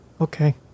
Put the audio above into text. Okay